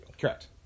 Correct